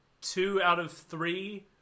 two-out-of-three